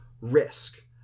risk